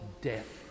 death